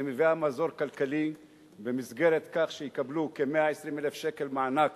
ומביאה מזור כלכלי במסגרת כך שיקבלו כ-120,000 שקל מענק